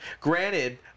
Granted